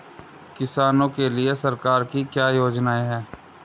किसानों के लिए सरकार की क्या योजनाएं हैं?